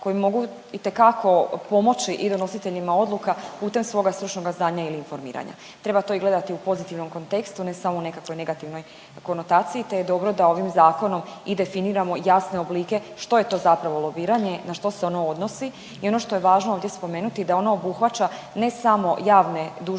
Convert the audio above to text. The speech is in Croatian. koji mogu itekako pomoći i donositeljima odluka putem svoga stručnoga znanja ili informiranja. Trebao to i gledati u pozitivnom kontekstu ne samo u nekakvoj negativnoj konotaciji, te je dobro da ovim zakonom i definiramo jasne oblike što je to zapravo lobiranje, na što se ono odnosi i ono što je važno ovdje spomenuti, da ono obuhvaća ne samo javne dužnosnike